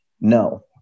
No